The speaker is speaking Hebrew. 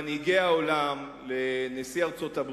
חבר הכנסת מולה,